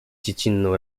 dziecinną